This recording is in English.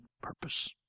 purpose